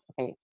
Okay